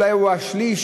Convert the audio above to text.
אולי שליש,